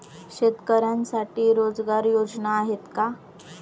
शेतकऱ्यांसाठी रोजगार योजना आहेत का?